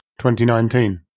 2019